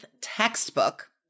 textbook